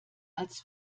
als